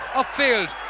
upfield